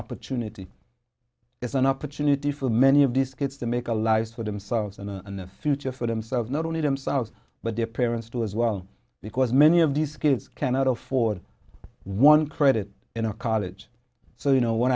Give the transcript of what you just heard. opportunity as an opportunity for many of these kids to make a life for themselves and in a future for themselves not only themselves but their parents too as well because many of these kids cannot afford one credit in a college so you know when